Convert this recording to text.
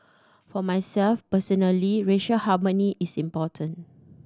for myself personally racial harmony is important